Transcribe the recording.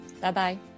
Bye-bye